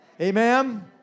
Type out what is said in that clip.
amen